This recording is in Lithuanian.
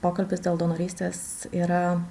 pokalbis dėl donorystės yra